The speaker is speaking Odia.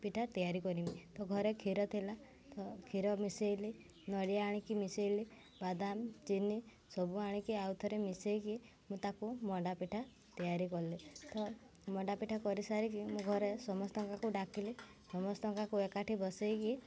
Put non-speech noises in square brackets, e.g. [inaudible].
ପିଠା ତିଆରି କରିମି ତ ଘରେ କ୍ଷୀର ଥିଲା ତ କ୍ଷୀର ମିଶାଇଲି ନଡ଼ିଆ ଆଣିକି ମିଶାଇଲି ବାଦାମ ଚିନି ସବୁ ଆଣିକି ଆଉ ଥରେ ମିଶାଇକି ମୁଁ ତାକୁ ମଣ୍ଡା ପିଠା ତିଆରି କଲି ତ ମଣ୍ଡାପିଠା କରିସାରିକି ମୁଁ ଘରେ ସମସ୍ତଙ୍କ [unintelligible] ଡାକିଲି ସମସ୍ତଙ୍କ [unintelligible] ଏକାଠି ବସାଇକି